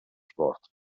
sport